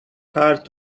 hard